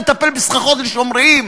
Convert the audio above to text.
לטפל בסככות לשומרים?